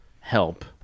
help